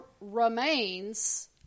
remains